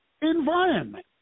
environment